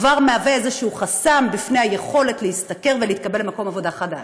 כבר מהווה איזשהו חסם בפני היכולת להשתכר ולהתקבל למקום עבודה חדש.